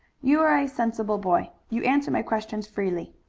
you are a sensible boy. you answer my questions freely.